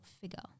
figure